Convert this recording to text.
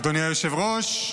אדוני היושב-ראש,